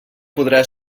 podrà